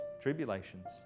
tribulations